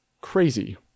Crazy